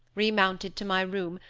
remounted to my room,